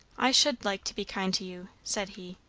i should like to be kind to you, said he.